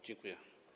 Dziękuję.